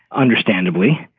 understandably.